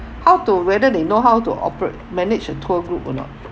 how to whether they know how to oper~ manage a tour group or not